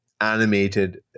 animated